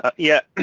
ah yeah, and